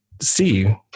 see